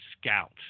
scout